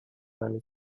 нами